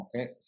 Okay